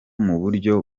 muburyo